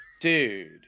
Dude